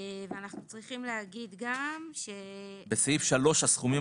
ואנחנו צריכים להגיד גם -- בסעיף (ג) הסכומים